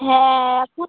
হ্যাঁ এখন